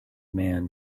man